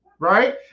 right